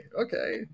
Okay